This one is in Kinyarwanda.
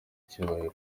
cyubahiro